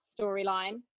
storyline